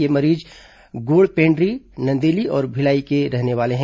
ये मरीज गोड़पेंडरी नंदेली और भिलाई के रहने वाले हैं